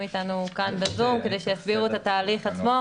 איתנו בזום כדי שיסבירו את התהליך עצמו.